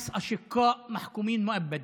צורך פנימי של התנצלות,